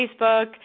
facebook